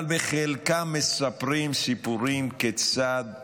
אבל בחלקם מספרים סיפורים כיצד חלק,